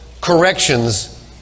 corrections